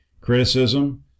criticism